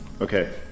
Okay